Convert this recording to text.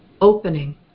Opening